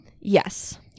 Yes